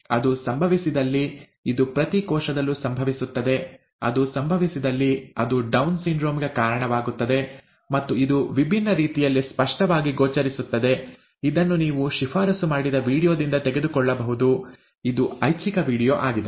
ಅದು ಸಂಭವಿಸಿದಲ್ಲಿ ಇದು ಪ್ರತಿ ಕೋಶದಲ್ಲೂ ಸಂಭವಿಸುತ್ತದೆ ಅದು ಸಂಭವಿಸಿದಲ್ಲಿ ಅದು ಡೌನ್ ಸಿಂಡ್ರೋಮ್ ಗೆ ಕಾರಣವಾಗುತ್ತದೆ ಮತ್ತು ಇದು ವಿಭಿನ್ನ ರೀತಿಯಲ್ಲಿ ಸ್ಪಷ್ಟವಾಗಿ ಗೋಚರಿಸುತ್ತದೆ ಇದನ್ನು ನೀವು ಶಿಫಾರಸು ಮಾಡಿದ ವೀಡಿಯೊದಿಂದ ತೆಗೆದುಕೊಳ್ಳಬಹುದು ಇದು ಐಚ್ಛಿಕ ವೀಡಿಯೊ ಆಗಿದೆ